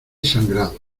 sangrado